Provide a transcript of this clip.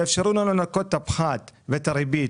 תאפשרו לנו לנקות את הפחת ואת הריבית,